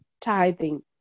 tithing